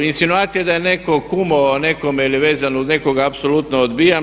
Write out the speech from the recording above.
Insinuacije da je netko kumovao nekome ili vezan uz nekoga apsolutno odbijam.